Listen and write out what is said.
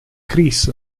chris